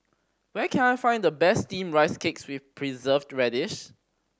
where can I find the best Steamed Rice Cake with Preserved Radish